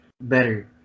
better